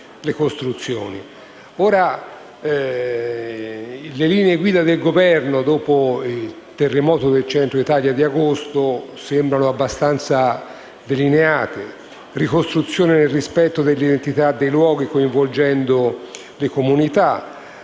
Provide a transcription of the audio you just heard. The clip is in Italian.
Le linee guida del Governo dopo il terremoto del Centro Italia di agosto sembrano abbastanza delineate: ricostruzione nel rispetto delle identità dei luoghi, coinvolgendo le comunità,